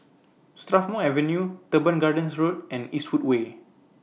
Strathmore Avenue Teban Gardens Road and Eastwood Way